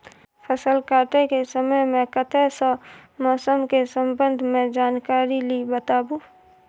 फसल काटय के समय मे कत्ते सॅ मौसम के संबंध मे जानकारी ली बताबू?